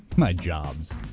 my jobs,